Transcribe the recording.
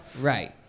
Right